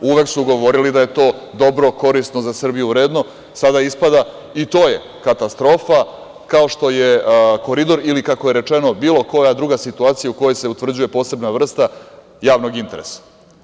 Uvek su govorili da je to dobro, korisno za Srbiju, vredno, sada ispada i to je katastrofa, kao što je Koridor ili, kako je rečeno, bilo koja druga situacija u kojoj se utvrđuje posebna vrsta javnog interesa.